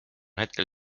hetkel